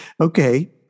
Okay